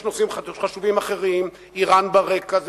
יש נושאים חשובים אחרים: אירן ברקע,